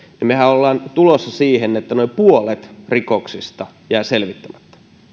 niin mehän olemme tulossa siihen että noin puolet rikoksista jää selvittämättä